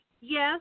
Yes